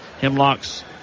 Hemlocks